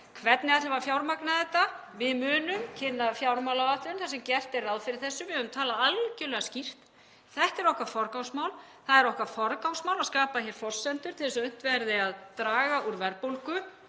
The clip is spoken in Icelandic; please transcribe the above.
Hvernig ætlum við að fjármagna þetta? Við munum kynna fjármálaáætlun þar sem gert er ráð fyrir þessu. Við höfum talað algerlega skýrt. Þetta er okkar forgangsmál. Það er okkar forgangsmál að skapa hér forsendur til þess að unnt verði að draga úr verðbólgu